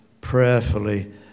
prayerfully